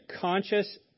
conscious